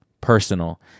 personal